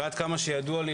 ועד כמה שידוע לי,